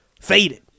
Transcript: Faded